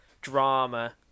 drama